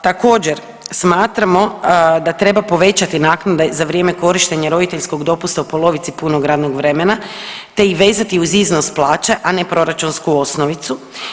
Također, smatramo da treba povećati naknade za vrijeme korištenja roditeljskog dopusta u polovici punog radnog vremena te ih vezati uz iznos plaće, a ne proračunsku osnovicu.